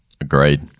Agreed